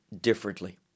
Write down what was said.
differently